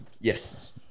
Yes